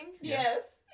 Yes